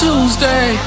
Tuesday